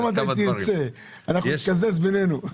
לא מתי שתרצה, אנחנו נתקזז בינינו.